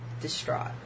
distraught